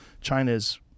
China's